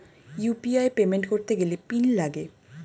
UPI payment করতে গেলে PIN লাগে